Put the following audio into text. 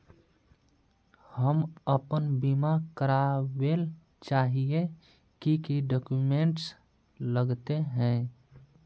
हम अपन बीमा करावेल चाहिए की की डक्यूमेंट्स लगते है?